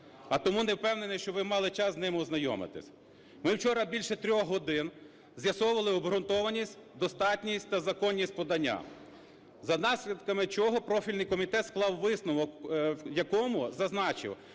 а тому не впевнений, що ви мали час з ним ознайомитися. Ми вчора більше трьох годин з'ясовували обґрунтованість, достатність та законність подання, за наслідками чого профільний комітет склав висновок, в якому зазначив,